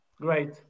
Great